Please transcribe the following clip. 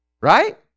right